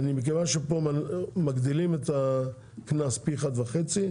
מכיוון שפה מגדילים את הקנס פי אחד וחצי,